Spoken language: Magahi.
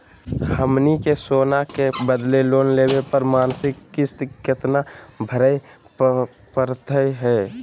हमनी के सोना के बदले लोन लेवे पर मासिक किस्त केतना भरै परतही हे?